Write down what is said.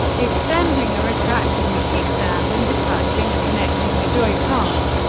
extending or retracting the kickstand, and detaching or connecting the joy-con.